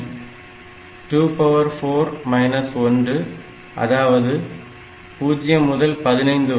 24 1 அதாவது 0 முதல் 15 வரை